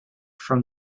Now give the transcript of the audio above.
from